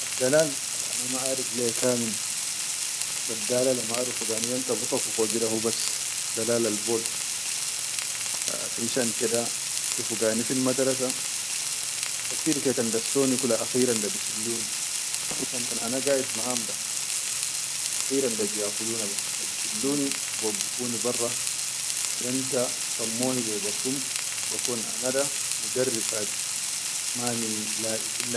Addalal al ana maʼerif le ya kamil baddala mala rufugani yom ta bitako fogi da hubas dalal ball, finshan ke da dassoni akhiran da bi sulluni fishan kan ana gaid maʼa hum da akheran da biya kuluna bas haw bi sulluni fishan kan ana gaid maʼa hum da aheran da biya kuluna bas haw bi sulluni bi waggufuna barra yom ta sommoni be som bikun ana da mudarib hadi mani laʼe.